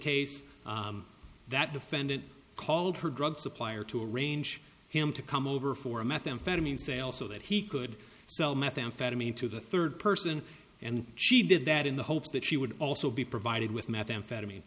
case that defendant called her drug supplier to arrange him to come over for a methamphetamine sale so that he could sell methamphetamine to the third person and she did that in the hopes that she would also be provided with methamphetamine